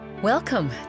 Welcome